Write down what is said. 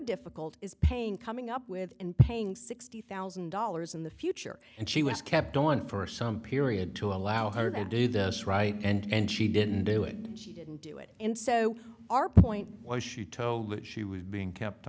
difficult is paying coming up with and paying sixty thousand dollars in the future and she was kept on for some period to allow her to do this right and she didn't do it she didn't do it in so our point why she told that she was being kept